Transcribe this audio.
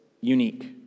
unique